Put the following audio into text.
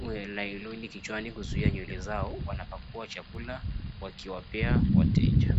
nyloni kichwani kuzuia nywele zao wanapakua chakula wakiwapea wateja.